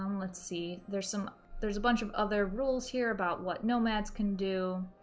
um let's see, there's some there's a bunch of other rules here about what nomads can do.